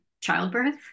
childbirth